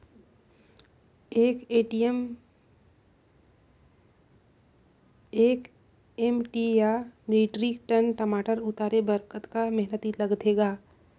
एक एम.टी या metric tonne टमाटर उतारे बर कतका मेहनती लगथे ग?